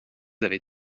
avez